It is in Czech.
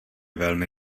velmi